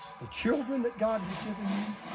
the children that god has given you,